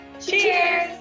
Cheers